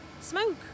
smoke